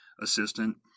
assistant